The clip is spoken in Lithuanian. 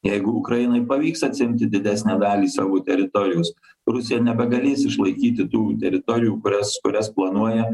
jeigu ukrainai pavyks atsiimti didesnę dalį savo teritorijos rusija nebegalės išlaikyti tų teritorijų kurias kurias planuoja